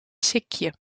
sikje